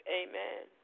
amen